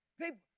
people